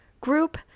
group